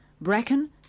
Bracken